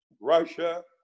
Russia